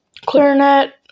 Clarinet